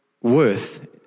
worth